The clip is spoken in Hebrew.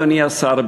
אדוני השר,